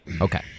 Okay